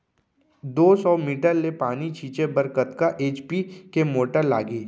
दो सौ मीटर ले पानी छिंचे बर कतका एच.पी के मोटर लागही?